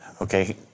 okay